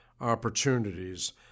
opportunities